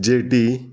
jetty